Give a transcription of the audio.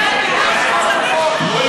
(חברת הכנסת מיכל רוזין